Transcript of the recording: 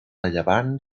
llevant